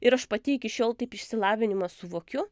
ir aš pati iki šiol taip išsilavinimą suvokiu